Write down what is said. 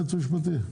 היועץ המשפטי?